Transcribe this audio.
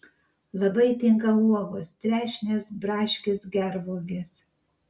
labai tinka uogos trešnės braškės gervuogės